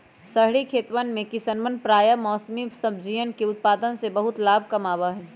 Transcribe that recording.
शहरी खेतवन में किसवन प्रायः बेमौसमी सब्जियन के उत्पादन से बहुत लाभ कमावा हई